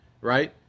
right